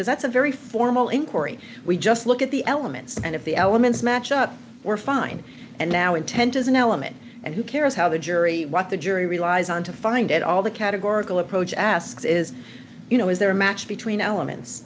because that's a very formal inquiry we just look at the elements and if the elements match up were fine and now intent is an element and who cares how the jury what the jury relies on to find out all the categorical approach asks is you know is there a match between elements